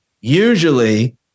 Usually